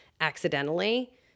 accidentally